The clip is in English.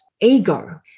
ego